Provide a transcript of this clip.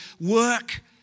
work